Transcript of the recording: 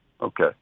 Okay